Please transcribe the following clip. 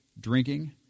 drinking